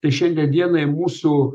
tai šiandien dienai mūsų